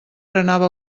anava